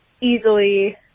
easily